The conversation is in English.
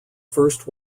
first